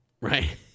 Right